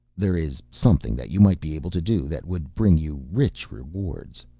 there is something that you might be able to do that would bring you rich rewards.